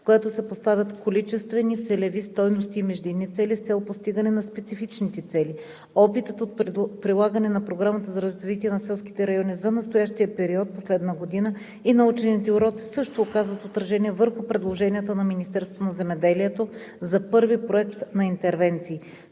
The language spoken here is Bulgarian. в която се поставят количествени целеви стойности и междинни цели, с цел постигане на специфичните цели. Опитът от прилагане на Програмата за развитие на селските райони за настоящия период – последна година, и научените уроци също оказват отражение върху предложенията на Министерството на земеделието за първи проект на интервенции.